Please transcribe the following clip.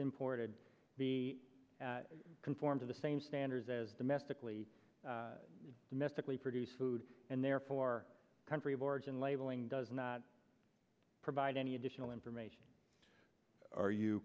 imported be conform to the same standards as domestically domestically produced food and therefore country of origin labeling does not provide any additional information are you